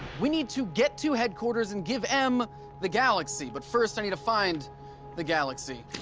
we need to get to headquarters and give em the galaxy. but first, i need to find the galaxy.